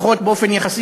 או הנהגה,